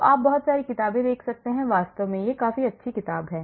तो आप बहुत सारी किताबें देख सकते हैं वास्तव में यह काफी अच्छी किताब है